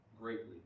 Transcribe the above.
greatly